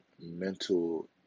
mental